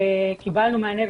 וקיבלנו מענה,